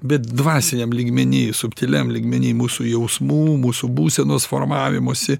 bet dvasiniam lygmeny subtiliam lygmeny mūsų jausmų mūsų būsenos formavimosi